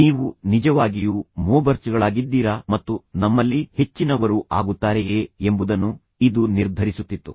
ನೀವು ನಿಜವಾಗಿಯೂ ಮೋಬರ್ಚ್ಗಳಾಗಿದ್ದೀರಾ ಮತ್ತು ನಮ್ಮಲ್ಲಿ ಹೆಚ್ಚಿನವರು ಆಗುತ್ತಾರೆಯೇ ಎಂಬುದನ್ನು ಇದು ನಿರ್ಧರಿಸುತ್ತಿತ್ತು